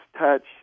touch